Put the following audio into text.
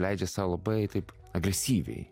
leidžia sau labai taip agresyviai